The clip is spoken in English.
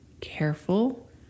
careful